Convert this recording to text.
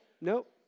Nope